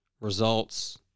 results